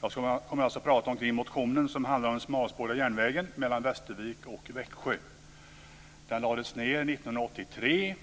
Fru talman! Jag tänker prata om den motion som handlar om den smalspåriga järnvägen mellan Västervik och Växjö. Den här järnvägen lades ned 1983